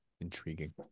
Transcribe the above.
intriguing